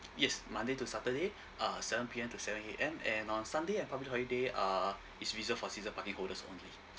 yes monday to saturday uh seven P_M to seven A_M and on sunday and public holiday uh it's reserved for season parking holders only